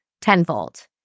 tenfold